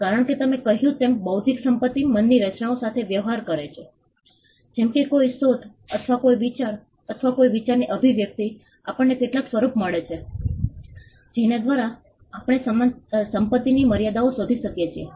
કારણ કે મેં કહ્યું તેમ બૌદ્ધિક સંપત્તિ મનની રચનાઓ સાથે વ્યવહાર કરે છે જેમ કે કોઈ શોધ અથવા કોઈ વિચાર અથવા કોઈ વિચારની અભિવ્યક્તિ આપણને કેટલાક સ્વરૂપ મળે છે જેના દ્વારા આપણે સંપત્તિની મર્યાદાઓ શોધી શકીએ છીએ